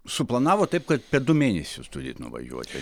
suplanavot taip kad per du mėnesius turit nuvažiuoti